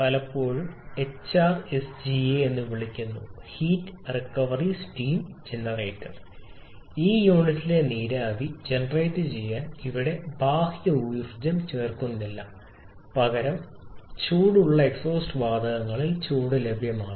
പലപ്പോഴും എച്ച്ആർഎസ്ജിയെ എന്ന് വിളിക്കുന്നു ഹീറ്റ് റിക്കവറി സ്റ്റീം ജനറേറ്റർ ഈ യൂണിറ്റിലെ നീരാവി ജനറേറ്റുചെയ്യാൻ ഇവിട ബാഹ്യ ഊർജ്ജം ചേർക്കുന്നില്ല പകരം ചൂടുള്ള എക്സ്ഹോസ്റ്റ് വാതകങ്ങളിൽ ചൂട് ലഭ്യമാണ്